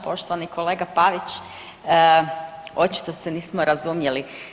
Poštovani kolega Pavić, očito se nismo razumjeli.